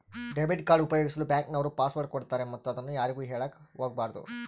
debit card ಉಪಯೋಗಿಸಲು bank ನವರು password ಕೊಡ್ತಾರೆ ಮತ್ತು ಅದನ್ನು ಯಾರಿಗೂ ಹೇಳಕ ಒಗಬಾರದು